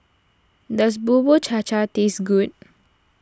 does Bubur Cha Cha taste good